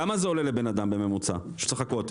כמה זה עולה בממוצע לבן אדם שצריך לחכות?